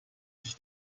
sich